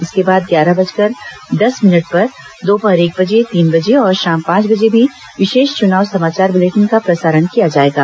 इसके बाद ग्यारह बजकर दस मिनट पर दोपहर एक बजे तीन बजे और शाम पांच बजे भी विशेष चुनाव समाचार बुलेटिन का प्रसारण किया जाएगा